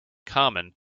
carmen